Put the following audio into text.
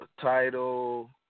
Title